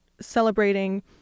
celebrating